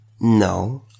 No